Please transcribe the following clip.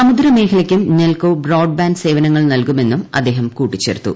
സമുദ്ര മേഖലയ്ക്കും Nelco broadband സേവനങ്ങൾ നൽകുമെന്നും അദ്ദേഹം കൂട്ടിച്ചേർത്തു